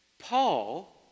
Paul